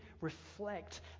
reflect